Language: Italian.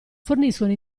forniscono